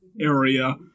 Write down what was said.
area